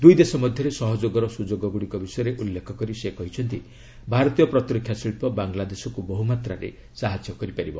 ଦୁଇ ଦେଶ ମଧ୍ୟରେ ସହଯୋଗର ସୁଯୋଗଗୁଡ଼ିକ ବିଷୟରେ ଉଲ୍ଲେଖ କରି ସେ କହିଛନ୍ତି ଭାରତୀୟ ପ୍ରତିରକ୍ଷା ଶିଳ୍ପ ବାଂଲାଦେଶକୁ ବହୁମାତ୍ରାରେ ସାହାଯ୍ୟ କରିପାରିବ